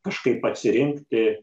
kažkaip atsirinkti